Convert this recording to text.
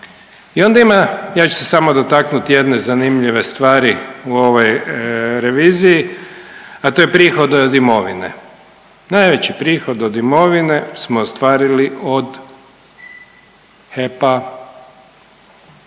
I onda ima, ja ću se samo dotaknuti jedne zanimljive stvari u ovoj reviziji, a to je prihod od imovine. Najveći prihod od imovine smo ostvarili od HEP-a.